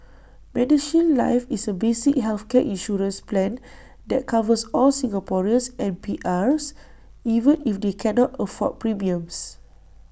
medishield life is A basic healthcare insurance plan that covers all Singaporeans and PRs even if they cannot afford premiums